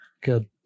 good